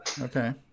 Okay